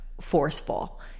forceful